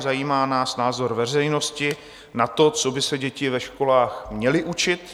Zajímá nás názor veřejnosti na to, co by se děti ve školách měly učit.